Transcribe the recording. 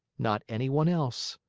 not anyone else.